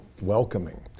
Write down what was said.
welcoming